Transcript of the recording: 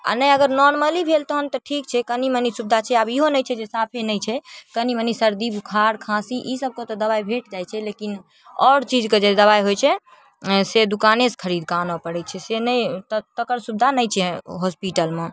आओर ने अगर नॉर्मली भेल तहन तऽ ठीक छै कनीमनी सुविधा छै आब ईहो नहि छै जे साफे नहि छै कनीमनी सर्दी बुखार खाँसी ईसब के तऽ दबाइ भेट जाइ छै लेकिन आओर चीजके जे दबाइ होइ छै से दुकानेसँ खरीदकऽ आनऽ पड़य छै से नहि तक तकर सुविधा नहि छै हॉस्पिटलमे